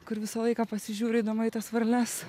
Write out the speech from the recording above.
kur visą laiką pasižiūriu eidama į tas varles